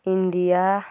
India